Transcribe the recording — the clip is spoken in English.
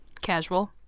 Casual